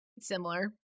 similar